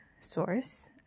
source